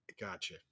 gotcha